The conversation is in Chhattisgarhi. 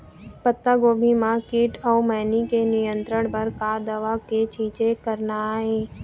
पत्तागोभी म कीट अऊ मैनी के नियंत्रण बर का दवा के छींचे करना ये?